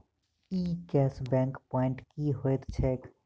ई cash back point की होइत छैक?